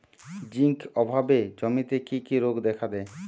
Zinc অভাবে জমিতে কি কি রোগ দেখাদেয়?